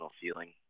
feeling